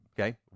okay